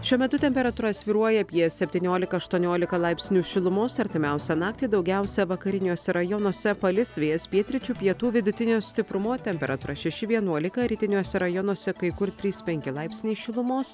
šiuo metu temperatūra svyruoja apie septyniolika aštuoniolika laipsnių šilumos artimiausią naktį daugiausia vakariniuose rajonuose palis vėjas pietryčių pietų vidutinio stiprumo temperatūra šeši vienuolika rytiniuose rajonuose kai kur trys penki laipsniai šilumos